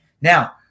Now